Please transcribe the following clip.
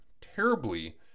terribly